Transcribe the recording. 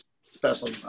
special